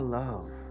love